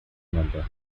number